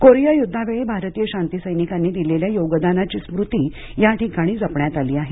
Korea युद्धावेळी भारतीय शांतीसैनिकांनी दिलेल्या योगदानाची स्मृती याठिकाणी जपण्यात आली आहे